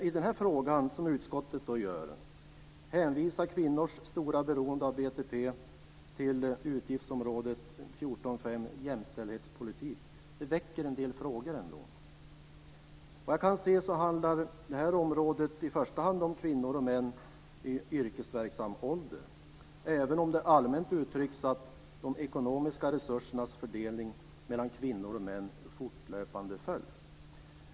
I den här frågan hänvisar utskottet kvinnors stora beroende av BTP till utgiftsområde 14:5 Jämställdhetspolitik, och det väcker en del frågor. Vad jag kan se handlar det här området i första hand om kvinnor och män i yrkesverksam ålder, även om det allmänt uttrycks att de ekonomiska resursernas fördelning mellan kvinnor och män fortlöpande följs.